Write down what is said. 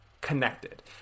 connected